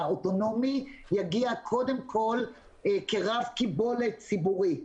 האוטונומי יגיע קודם כל כרב קיבולת ציבורי,